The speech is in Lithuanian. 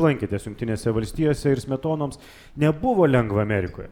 lankėtės jungtinėse valstijose ir smetonoms nebuvo lengva amerikoje